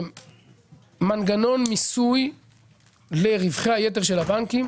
מנגנון מיסוי לרווחי היתר של הבנקים.